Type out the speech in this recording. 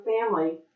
family